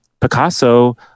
Picasso